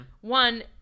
One